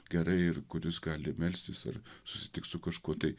gerai ir kuris gali melstis ir susitiks su kažkuo tai